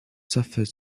suffered